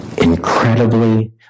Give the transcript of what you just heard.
incredibly